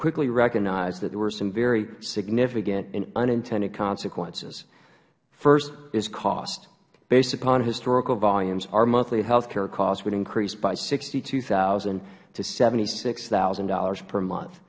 quickly recognized there were some very significant and unintended consequences first is cost based upon historical volumes our monthly health care costs would increase by sixty two thousand dollars to seventy six thousand dollars per month